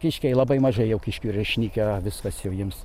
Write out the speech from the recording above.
kiškiai labai mažai jau kiškių yra išnykę viskas jau jiems